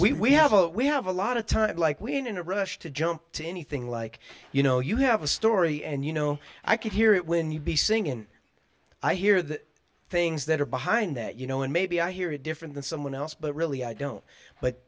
oh we have we have a lot of time like we in a rush to jump to anything like you know you have a story and you know i can hear it when you be sitting in i hear the things that are behind that you know and maybe i hear it different than someone else but really i don't but